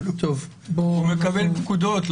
הוא מקבל פקודות,